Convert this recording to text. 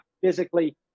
physically